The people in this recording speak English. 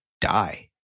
die